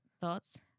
thoughts